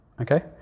okay